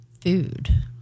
food